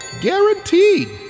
Guaranteed